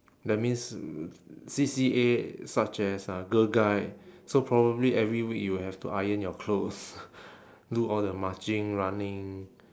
that means C_C_A such as uh girl guide so probably every week you will have to iron your clothes do all the marching running